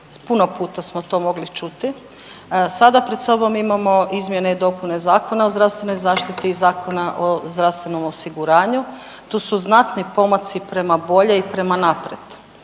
puno puta smo to mogli čuti. Sada pred sobom imamo izmjene i dopune Zakona o zdravstvenoj zaštiti i Zakona o zdravstvenom osiguranju. Tu su znatni pomaci prema bolje i prema naprijed.